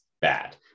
bad